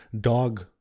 dog